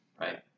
Right